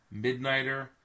Midnighter